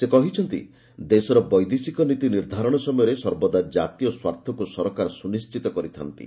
ସେ କହିଛନ୍ତି ଦେଶର ବୈଦେଶିକ ନୀତି ନିର୍ଦ୍ଧାରଣ ସମୟରେ ସର୍ବଦା ଜାତୀୟ ସ୍ୱାର୍ଥକ୍ ସରକାର ସୁନିଣ୍ଢିତ କରିଥା'ନ୍ତି